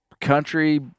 country